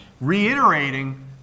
reiterating